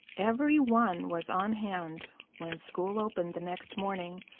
every one was on hand when school opened the next morning,